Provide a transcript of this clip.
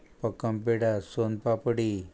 भंक्कम peda son papdi